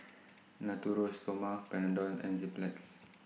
Natura Stoma Panadol and Enzyplex